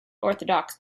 orthodox